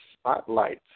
spotlight